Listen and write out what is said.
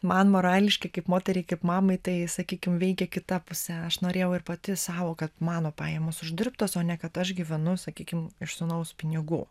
man morališkai kaip moteriai kaip mamai tai sakykim veikia kita puse aš norėjau ir pati sąvo kad mano pajamos uždirbtos o ne kad aš gyvenu sakykim iš sūnaus pinigų